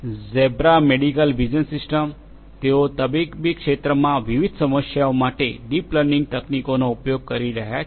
zebra Medical Vision system તેઓ તબીબી ક્ષેત્રમાં વિવિધ સમસ્યાઓ માટે ડીપ લર્નિંગ તકનીકોનો ઉપયોગ કરી રહ્યા છે